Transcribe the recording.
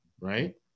right